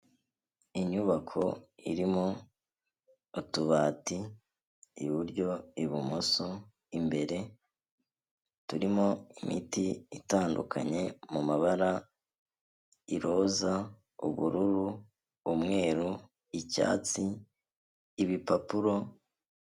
Inyubako irimo utubati iburyo, ibumoso, imbere turimo imiti itandukanye mu mabara iroza, ubururu, umweru, icyatsi, ibipapuro.